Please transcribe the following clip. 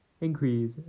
increase